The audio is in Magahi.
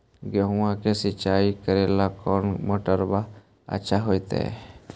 गेहुआ के सिंचाई करेला कौन मोटरबा अच्छा होतई?